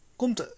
komt